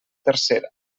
tercera